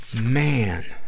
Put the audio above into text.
Man